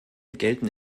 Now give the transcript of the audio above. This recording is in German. gelten